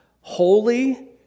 holy